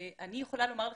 אני יכולה לומר לך,